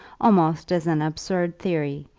almost as an absurd theory,